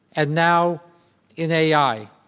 and now in ai.